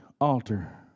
altar